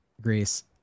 Greece